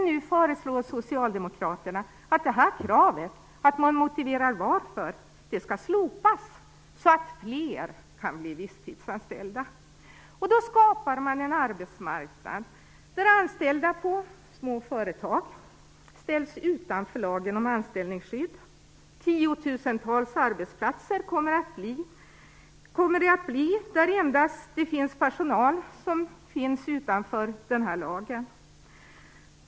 Nu föreslår Socialdemokraterna att det kravet skall slopas, så att fler kan bli visstidsanställda. Men då skapar man en arbetsmarknad där anställda på små företag ställs utanför lagen om anställningsskydd. På tiotusentals arbetsplatser kommer det att finnas endast personal som står utanför den här lagen.